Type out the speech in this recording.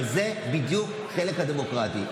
אבל זה בדיוק החלק הדמוקרטי,